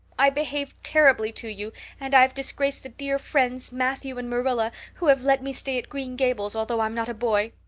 i behaved terribly to you and i've disgraced the dear friends, matthew and marilla, who have let me stay at green gables although i'm not a boy.